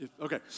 Okay